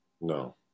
no